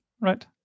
right